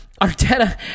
Arteta